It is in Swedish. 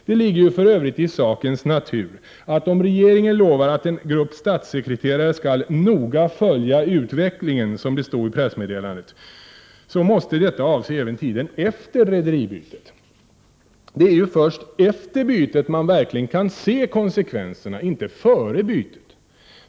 Det ligger ju för övrigt i sakens natur att om regeringen lovar att en grupp statssekreterare skall ”noga följa utvecklingen”, som det stod i pressmeddelandet, så måste detta avse även tiden efter rederibytet. Det är ju först efter bytet man verkligen kan se konsekvenserna — inte före bytet.